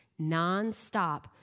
nonstop